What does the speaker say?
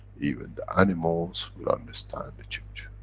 even the animals will understand the change.